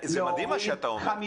מדהים מה שאתה אומר.